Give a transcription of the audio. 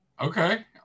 Okay